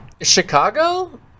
Chicago